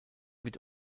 wird